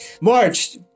March